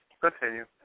Continue